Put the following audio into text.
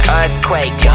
earthquake